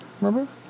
Remember